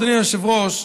אדוני היושב-ראש,